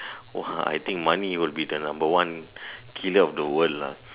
!wah! I think money is the number one killer of the world lah